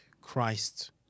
Christ